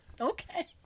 Okay